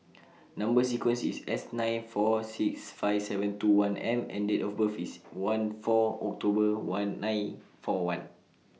Number sequence IS S nine four six five seven two one M and Date of birth IS one four October one nine four one